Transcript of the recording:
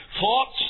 thoughts